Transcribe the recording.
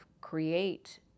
create